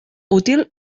útil